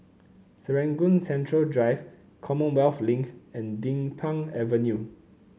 Serangoon Central Drive Commonwealth Link and Din Pang Avenue